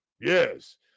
yes